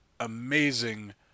Amazing